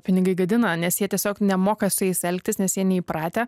pinigai gadina nes jie tiesiog nemoka su jais elgtis nes jie neįpratę